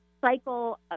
cycle